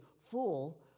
full